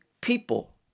people